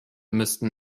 müssten